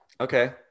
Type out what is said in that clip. Okay